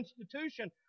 institution